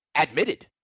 admitted